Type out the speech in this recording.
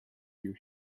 your